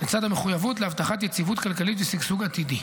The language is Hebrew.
לצד המחויבות להבטחת יציבות כלכלית ושגשוג עתידי.